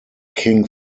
king